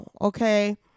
okay